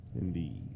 Indeed